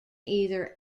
either